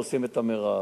עושים את המרב,